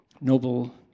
noble